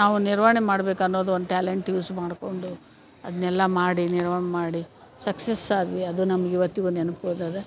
ನಾವು ನಿರ್ವಹಣೆ ಮಾಡ್ಬೇಕು ಅನ್ನೋದು ಒಂದು ಟ್ಯಾಲೆಂಟ್ ಯೂಸ್ ಮಾಡಿಕೊಂಡು ಅದನ್ನೆಲ್ಲ ಮಾಡಿ ನಿರ್ವಮ್ ಮಾಡಿ ಸಕ್ಸಸ್ ಆದ್ವಿ ಅದು ನಮ್ಗೆ ಇವತ್ತಿಗೂ ನೆನ್ಪು ಉಳ್ದದೆ